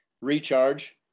recharge